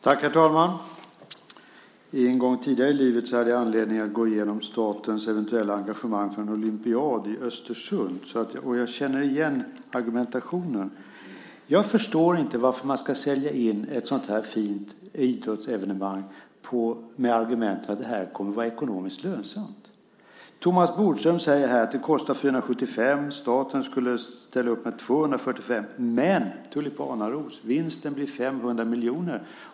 Herr talman! En gång tidigare i livet hade jag anledning att gå igenom statens eventuella engagemang för en olympiad i Östersund, och jag känner igen argumentationen. Jag förstår inte varför man ska sälja in ett sådant här fint idrottsevenemang med argumentet att det kommer att vara ekonomiskt lönsamt. Thomas Bodström säger här att det kostar 475. Staten skulle ställa upp med 245. Men, tulipanaros, vinsten blir 500 miljoner.